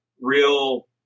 real